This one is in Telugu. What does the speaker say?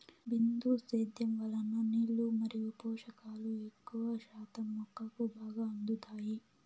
బిందు సేద్యం వలన నీళ్ళు మరియు పోషకాలు ఎక్కువ శాతం మొక్కకు బాగా అందుతాయి